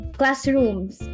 classrooms